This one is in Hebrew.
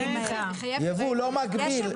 לא מקביל.